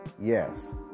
Yes